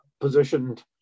positioned